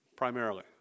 Primarily